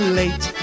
late